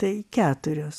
tai keturios